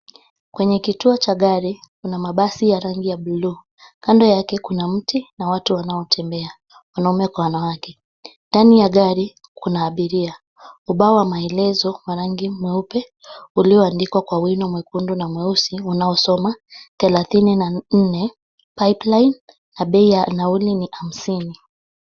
Kwenye kituo cha gari kuna mabasi ya rangi ya blue . Kando yake kuna mti na watu wanaotembea, wanaume kwa wanawake. Ndani ya gari kuna abiria. Ubao wa maelezo wa rangi mweupe uliondikwa kwa wino mwekundu na mweusi unaosoma thelathini na nne Pipeline na bei ya nauli ni hamsini.